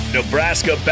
Nebraska